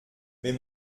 mais